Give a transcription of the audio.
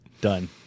Done